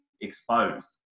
exposed